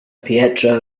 pietro